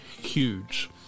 huge